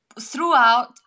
throughout